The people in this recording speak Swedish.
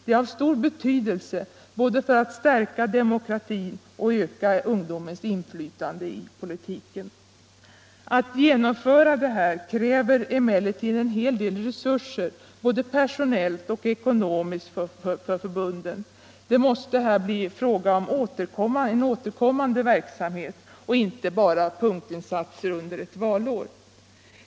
Det är av stor betydelse både för att stärka demokratin och öka ungdomens inflytande i politiken. Att genomföra detta kräver emellertid en hel del resurser både personellt och ekonomiskt för förbunden. Det måste här bli fråga om en återkommande verksamhet och inte bara punktinsatser under valår.